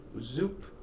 Zoop